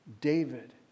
David